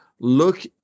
look